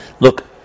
Look